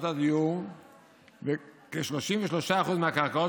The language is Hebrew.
דיור שהוקצו לציבור הכללי בישראל.